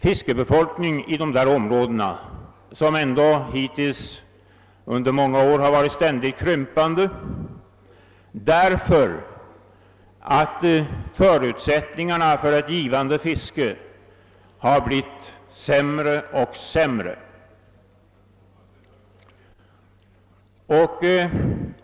Fiskarbefolkningen där har ständigt minskat — och denna minskning har pågått under många år — på grund av att förutsättningarna för ett givande fiske har blivit allt sämre.